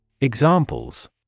Examples